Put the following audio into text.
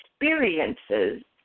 experiences